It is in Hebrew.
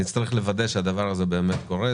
נצטרך לוודא שהדבר הזה באמת קורה,